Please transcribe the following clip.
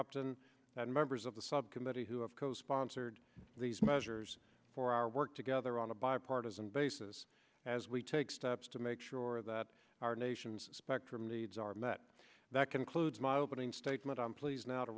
upton and members of the subcommittee who have co sponsored these measures for our work together on a bipartisan basis as we take steps to make sure that our nation's spectrum needs are met that concludes my opening statement on please now to